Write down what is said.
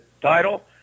title